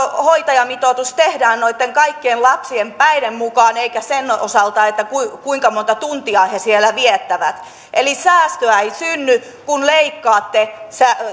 hoitajamitoitus tehdään noitten kaikkien lapsien päiden mukaan eikä sen osalta kuinka kuinka monta tuntia he siellä viettävät eli säästöä ei synny kun leikkaatte